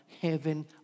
heaven